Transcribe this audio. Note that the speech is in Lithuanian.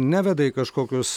neveda į kažkokius